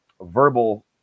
verbal